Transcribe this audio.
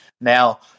Now